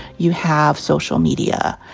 you have social media,